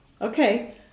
Okay